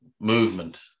movement